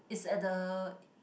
it's at the